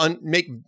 make